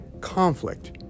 conflict